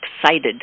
excited